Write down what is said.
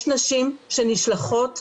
יש נשים שנשלחות ומסכימות,